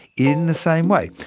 in the same way,